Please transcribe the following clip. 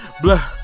Black